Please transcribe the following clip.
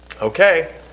okay